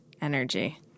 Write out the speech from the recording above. energy